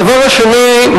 הדבר השני,